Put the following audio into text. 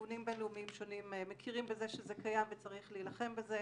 ארגונים בינלאומיים שונים מכירים בזה שזה קיים וצריך להילחם בזה,